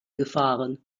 gefahren